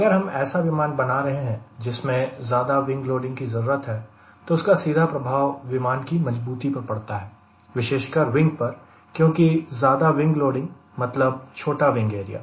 अगर हम ऐसा विमान बना रहे हैं जिसमें ज्यादा विंग लोडिंग की जरूरत है तो उसका सीधा प्रभाव विमान की मज़बूती पर पड़ता है विशेषकर विंग पर क्योंकि ज्यादा विंग लोडिंग मतलब छोटा विंग एरिया